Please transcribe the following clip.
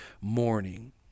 morning